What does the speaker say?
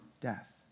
death